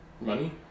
Money